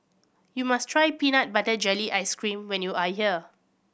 you must try peanut butter jelly ice cream when you are here